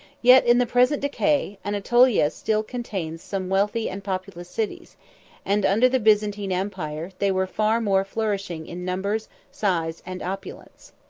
yet, in the present decay, anatolia still contains some wealthy and populous cities and, under the byzantine empire, they were far more flourishing in numbers, size, and opulence.